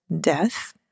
death